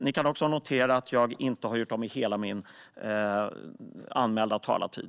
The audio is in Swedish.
Ni kan också notera att jag inte har gjort av med hela min anmälda talartid.